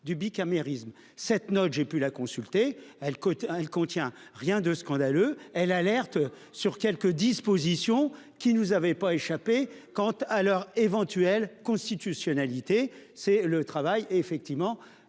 du bicamérisme cette note j'ai pu la consulter, elle, elle contient rien de scandaleux. Elle alerte sur quelques dispositions qui nous avait pas échappé. Quant à leur éventuelle constitutionnalité c'est le travail effectivement